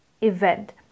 event